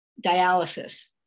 dialysis